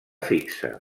fixa